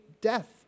death